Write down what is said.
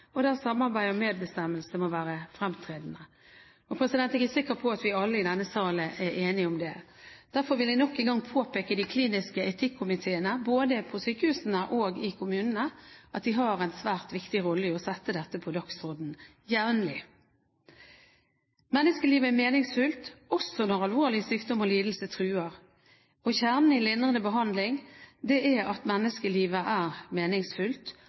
samarbeid og medbestemmelse må være fremtredende. Jeg er sikker på at alle i denne sal er enige om det. Derfor vil jeg nok en gang peke på de kliniske etikkomiteene både på sykehusene og i kommunene. De har en svært viktig rolle i å sette dette på dagsordenen jevnlig. Menneskelivet er meningsfullt også når alvorlig sykdom og lidelse truer. Kjernen i lindrende behandling er at menneskelivet er